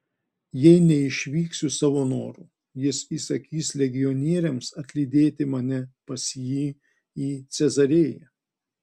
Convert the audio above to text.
jei neišvyksiu savo noru jis įsakys legionieriams atlydėti mane pas jį į cezarėją